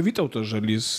vytautas žalys